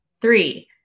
Three